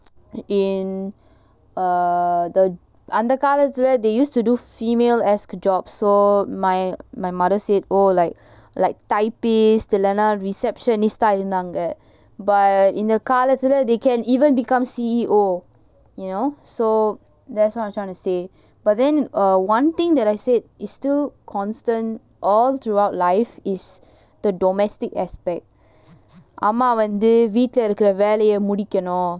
in err the அந்த காலத்துல:antha kaalathula they used to do female esque job so my my mother said oh like like typists இல்லனா:illana receptionists ah இருந்தாங்க:irunthaanga but இந்த காலத்துல:intha kaalathula they can even become C_E_O you know so that's what I'm trying to say but then uh one thing that I said is still constant all throughout life is the domestic aspect அம்மா வந்து வீட்ல இருக்கிற வேலய முடிக்கனும்:amma vanthu veetla irukkira velaya mudikanum